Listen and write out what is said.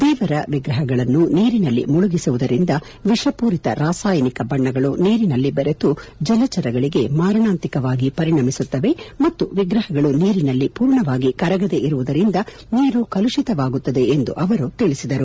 ದೇವರ ವಿಗ್ರಹಗಳನ್ನು ನೀರಿನಲ್ಲಿ ಮುಳುಗಿಸುವುದರಿಂದ ವಿಷಪೂರಿತ ರಾಸಾಯನಿಕ ಬಣ್ಣಗಳು ನೀರಿನಲ್ಲಿ ಬೆರೆತು ಜಲಚರ ಜೀವಿಗಳಿಗೆ ಮಾರಣಾಂತಕವಾಗಿ ಪರಿಣಮಿಸುತ್ತವೆ ಮತ್ತು ವಿಗ್ರಹಗಳು ನೀರಿನಲ್ಲಿ ಪೂರ್ಣವಾಗಿ ಕರಗದೆ ಇರುವುದರಿಂದ ನೀರು ಕಲುಷಿತವಾಗುತ್ತದೆ ಎಂದು ಅವರು ತಿಳಿಸಿದರು